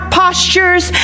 postures